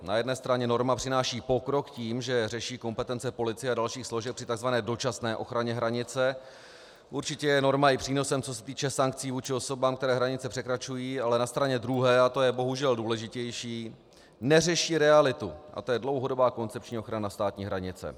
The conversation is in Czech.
Na jedné straně norma přináší pokrok tím, že řeší kompetence policie a dalších složek při tzv. dočasné ochraně hranice, určitě je norma i přínosem, co se týče sankcí vůči osobám, které hranice překračují, ale na straně druhé, a to je bohužel důležitější, neřeší realitu, a to je dlouhodobá koncepční ochrana státní hranice.